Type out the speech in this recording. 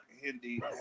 Hindi